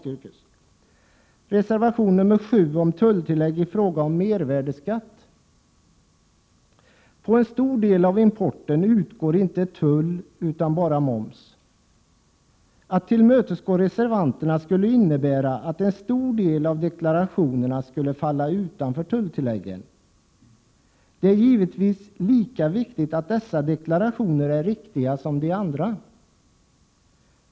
Reservation 7 rör tulltillägg i fråga om mervärdeskatt. På en stor del av importen utgår inte tull utan bara moms. Att tillmötesgå reservanterna skulle innebära att en stor del av deklarationerna skulle falla utanför tulltilläggen. Det är givetvis viktigt att dessa deklarationer är lika riktiga som de andra.